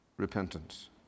repentance